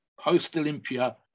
post-Olympia